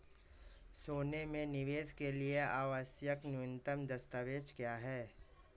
सोने में निवेश के लिए आवश्यक न्यूनतम दस्तावेज़ क्या हैं?